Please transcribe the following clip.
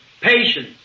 Patience